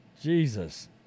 Jesus